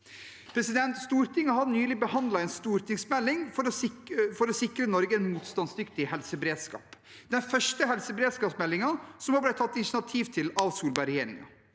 evaluert. Stortinget har nylig behandlet en stortingsmelding for å sikre Norge en motstandsdyktig helseberedskap. Den første helseberedskapsmeldingen ble det tatt initiativ til av Solberg-regjeringen.